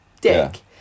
dick